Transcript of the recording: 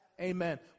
amen